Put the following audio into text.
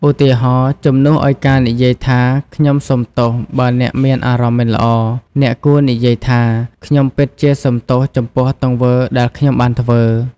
ឧទាហរណ៍ ជំនួសឱ្យការនិយាយថា ខ្ញុំសុំទោសបើអ្នកមានអារម្មណ៍មិនល្អ អ្នកគួរនិយាយថា ខ្ញុំពិតជាសុំទោសចំពោះទង្វើ ដែលខ្ញុំបានធ្វើ។